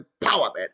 empowerment